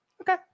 Okay